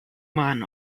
man